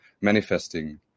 manifesting